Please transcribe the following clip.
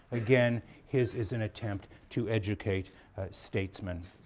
again, his is an attempt to educate statesmen